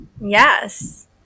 Yes